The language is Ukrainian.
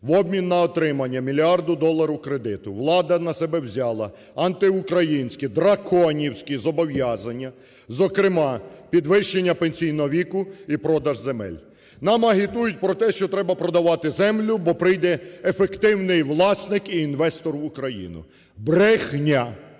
В обмін на отримання мільярду доларів кредиту влада на себе взяла антиукраїнські драконівські зобов'язання, зокрема підвищення пенсійного віку і продаж земель. Нам агітують про те, що треба продавати землю, бо прийде ефективний власник і інвестор в Україну. Брехня!